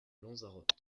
lanzarote